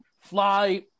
fly